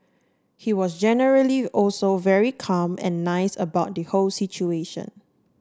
he was generally also very calm and nice about the whole situation